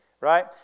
Right